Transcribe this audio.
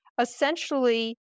essentially